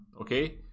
okay